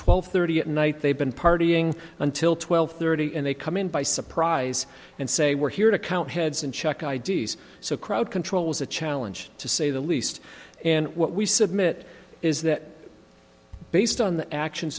twelve thirty at night they've been partying until twelve thirty and they come in by surprise and say we're here to count heads and check i d s so crowd control is a challenge to say the least and what we submit is that based on the actions